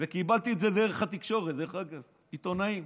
וקיבלתי את זה דרך התקשורת, דרך אגב, מעיתונאים.